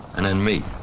and then me,